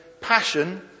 passion